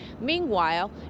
Meanwhile